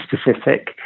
specific